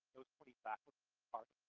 those twenty faculty are